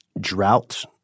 drought